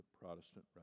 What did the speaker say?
protestant